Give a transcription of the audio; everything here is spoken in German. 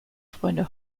freunde